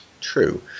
true